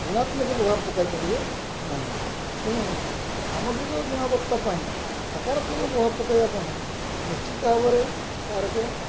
ଗୁଣାତ୍ମକ ପ୍ରଭାବ ପକାଇ ପାରିବ ନାହିଁ ତେଣୁ ସାମଗ୍ରିକ ଗୁଣବତ୍ତା ପାଇଁ ସାକାରାତ୍ମକ ପ୍ରଭାବ ପକାଇବା ପାଇଁ ନିଶ୍ଚିତ ଭାବରେ ତାହାର ଏକ